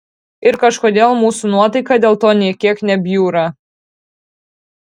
ir kažkodėl mūsų nuotaika dėl to nė kiek nebjūra